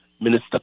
Minister